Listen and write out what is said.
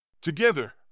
Together